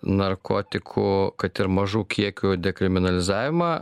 narkotikų kad ir mažų kiekių dekriminalizavimą